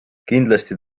kindlasti